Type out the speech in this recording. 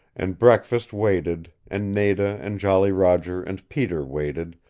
and breakfast waited, and nada and jolly roger and peter waited,